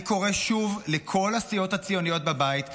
אני קורא שוב לכל הסיעות הציוניות בבית להתחייב,